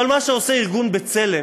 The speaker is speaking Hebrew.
אבל מה שעושה ארגון "בצלם"